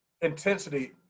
intensity